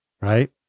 right